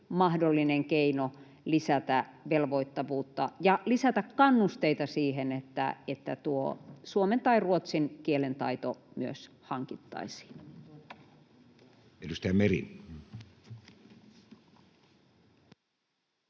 mahdollinen keino lisätä velvoittavuutta ja lisätä kannusteita siihen, että suomen tai ruotsin kielen taito myös hankittaisiin. [Speech